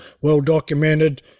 well-documented